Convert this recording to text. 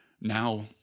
Now